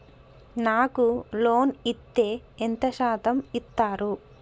నాకు లోన్ ఇత్తే ఎంత శాతం ఇత్తరు?